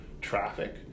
traffic